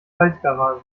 faltgarage